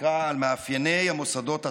שנקרא "על מאפייני המוסדות הטוטליים",